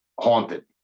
haunted